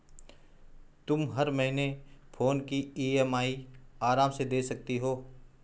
तुम हर महीने फोन की ई.एम.आई आराम से दे सकती हो